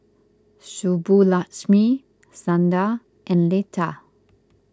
Subbulakshmi Sundar and Lata